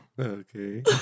Okay